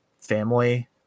family